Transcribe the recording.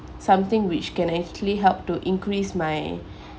something which can actually help to increase my